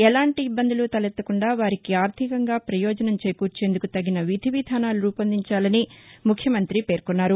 ఎలాంటి ఇబ్బందులు తలెత్తకుండా వారికి ఆర్థికంగా ప్రయోజనాలు చేకూర్చేందుకు తగిన విధి విధానాలు రూపొందించాలని ముఖ్యమంతి పేర్కొన్నారు